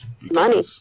Money